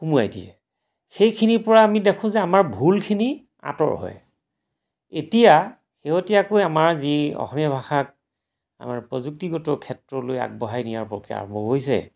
সোমোৱাই দিয়ে সেইখিনিৰ পৰা আমি দেখোঁ যে আমাৰ ভুলখিনি আঁতৰ হয় এতিয়া শেহতীয়াকৈ আমাৰ যি অসমীয়া ভাষাক আমাৰ প্ৰযুক্তিগত ক্ষেত্ৰলৈ আগবঢ়াই নিয়াৰ পক্ষে আৰম্ভ হৈছে